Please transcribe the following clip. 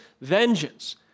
vengeance